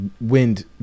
wind